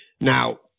now